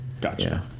Gotcha